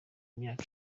myaka